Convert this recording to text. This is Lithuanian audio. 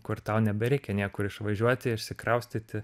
kur tau nebereikia niekur išvažiuoti išsikraustyti